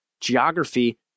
geography